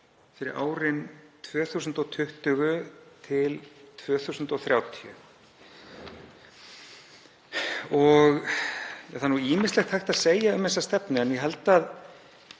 fyrir árin 2020–2030. Það er ýmislegt hægt að segja um þessa stefnu en ég held að